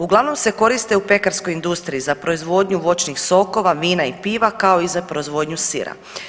Uglavnom se koriste u pekarskoj industriji, za proizvodnju voćnih sokova, vina i piva, kao i za proizvodnju sira.